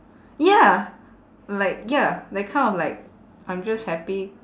ya like ya that kind of like I'm just happy